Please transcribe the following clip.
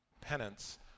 penance